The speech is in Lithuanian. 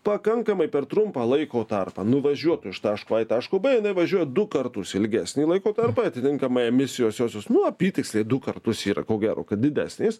pakankamai per trumpą laiko tarpą nuvažiuotų iš taško a į taško b jinai važiuoja du kartus ilgesnį laiko tarpą atitinkamai emisijos josios nu apytiksliai du kartus yra ko gero kad didesnės